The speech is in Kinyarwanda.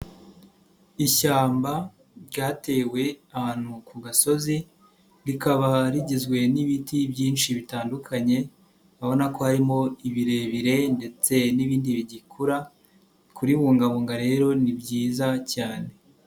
Ishyamba ryatewe ahantu ku gasozi, rikaba rigizwe n'ibiti byinshi bitandukanye ubona ko harimo ibirebire ndetse n'ibindi bigikura, kuribungabunga rero ni byiza cyane.